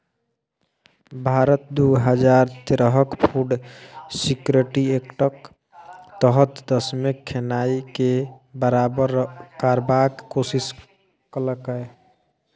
भारत दु हजार तेरहक फुड सिक्योरिटी एक्टक तहत देशमे खेनाइ केँ बराबर करबाक कोशिश केलकै